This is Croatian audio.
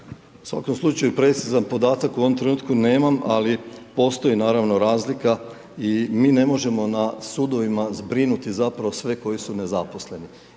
svakom slučaju precizan podatak u ovom trenutku nemam, ali postoji naravno razlika i mi ne možemo na sudovima zbrinuti zapravo sve koji su nezaposleni